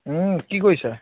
ও কি কৰিছা